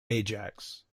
ajax